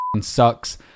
sucks